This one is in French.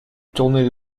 tournait